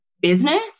business